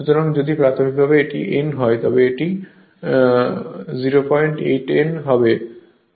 সুতরাং যদি প্রাথমিকভাবে এটি n হয় তবে এটি হবে এটি 08 n হবে